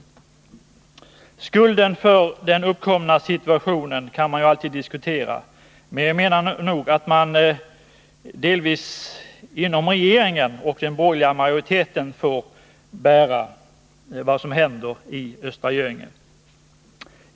Var skulden till den uppkomna situationen ligger kan man diskutera, men jag menar nog att både regeringen och den borgerliga majoriteten får bära en del av ansvaret för vad som händer i Östra Göinge.